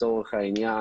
לצורך העניין,